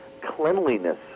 cleanliness